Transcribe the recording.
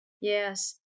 Yes